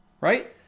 right